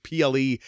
PLE